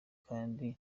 kandi